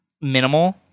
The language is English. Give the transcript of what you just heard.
minimal